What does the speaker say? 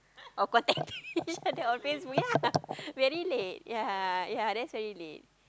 of course each other on Facebook ya very late ya ya that's very late